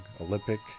Olympic